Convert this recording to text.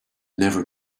never